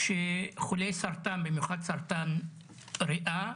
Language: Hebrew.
חולי סרטן, במיוחד סרטן ריאה?